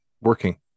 working